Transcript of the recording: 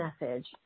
message